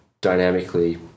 dynamically